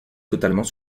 totalement